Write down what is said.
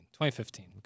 2015